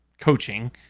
coaching